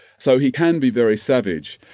so he can be very savage.